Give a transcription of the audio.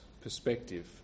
perspective